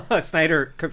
snyder